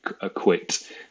acquit